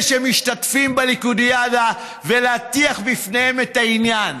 שמשתתפים בליכודיאדה ולהטיח בפניהם את העניין.